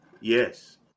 Yes